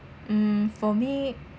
um for me